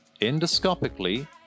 endoscopically